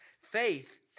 Faith